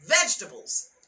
vegetables